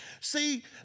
See